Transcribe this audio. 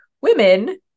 Women